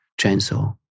chainsaw